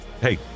hey